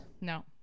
no